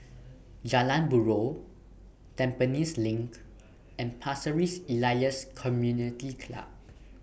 Jalan Buroh Tampines LINK and Pasir Ris Elias Community Club